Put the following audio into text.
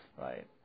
right